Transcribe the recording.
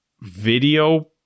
Video